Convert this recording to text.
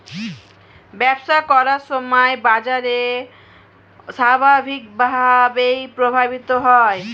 ব্যবসা করার সময় বাজার স্বাভাবিকভাবেই প্রভাবিত হয়